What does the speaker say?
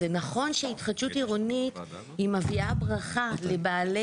זה נכון שהתחדשות עירונית היא מביאה ברכה לבעלי